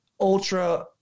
ultra